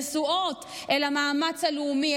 נשואות אל המאמץ הלאומי,